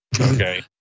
okay